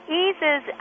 eases